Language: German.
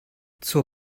zur